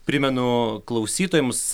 primenu klausytojams